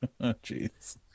jeez